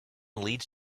leads